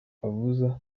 avuza